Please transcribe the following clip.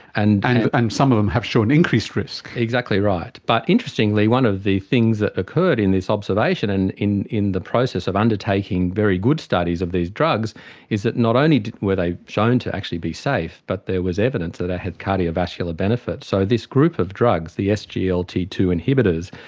and some of them have shown increased risk. exactly right. but interestingly one of the things that occurred in this observation and in in the process of undertaking very good studies of these drugs is that not only were they shown to actually be safe but there was evidence that they had cardiovascular benefits. so this group of drugs, the s g l t two inhibitors,